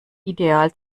ideal